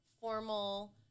formal